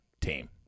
team